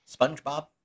SpongeBob